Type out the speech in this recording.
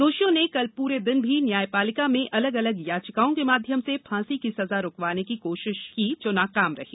दोषियों ने कल पूरे दिन भी न्यायपालिका में अलग अलग याचिकाओं के माध्यम से फांसी की सजा रूकवाने की कोशिशें की जो नाकाम रही